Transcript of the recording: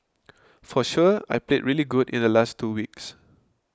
for sure I played really good in the last two weeks